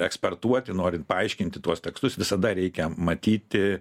eksportuoti norint paaiškinti tuos tekstus visada reikia matyti